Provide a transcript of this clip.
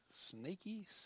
sneaky